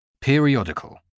periodical